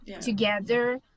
together